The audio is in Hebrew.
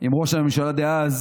עם ראש הממשלה דאז,